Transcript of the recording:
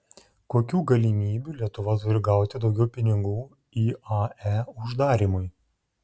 kokių galimybių lietuva turi gauti daugiau pinigų iae uždarymui